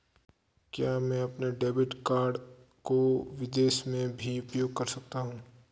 क्या मैं अपने डेबिट कार्ड को विदेश में भी उपयोग कर सकता हूं?